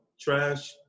trash